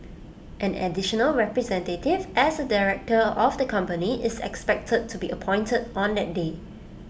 an additional representative as A director of the company is expected to be appointed on that day